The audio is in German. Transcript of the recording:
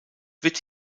wird